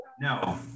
no